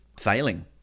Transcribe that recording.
failing